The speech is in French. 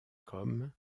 comme